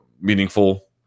meaningful